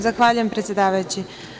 Zahvaljujem predsedavajući.